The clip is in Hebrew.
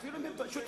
אפילו אם הם שותפים,